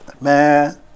Man